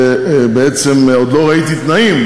ובעצם עוד לא ראיתי תנאים,